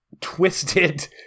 twisted